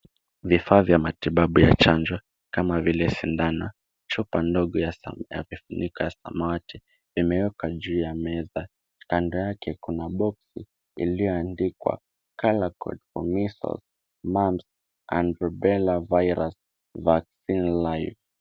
Vifaa vya matibabu ya chanjo kama vile sindano, chupa ndogo ya kifuniko ya samawati imewekwa juu ya meza. Kando yake kuna boksi iliyoandikwa Color code for measles, mumps and rubella virus vaccine live .